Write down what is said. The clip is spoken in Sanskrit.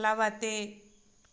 प्लवते